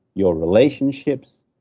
your relationships,